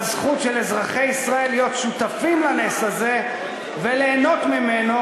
והזכות של אזרחי ישראל להיות שותפים לנס הזה וליהנות ממנו,